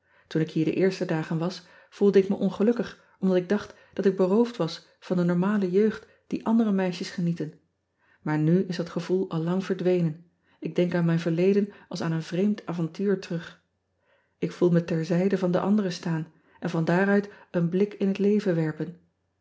oen ik hier de eerste dagen was voelde ik me ongelukkig omdat ik dacht dat ik beroofd was van de normale jeugd die andere meisjes genieten aar nu is dat gevoel al lang verdwenen ik denk aan mijn verleden als aan een vreemd avontuur terug k voel me ter zijde van de anderen staan en van daaruit een blik in het leven werpen